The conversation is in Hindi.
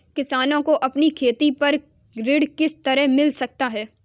किसानों को अपनी खेती पर ऋण किस तरह मिल सकता है?